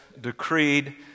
decreed